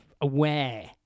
aware